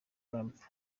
trump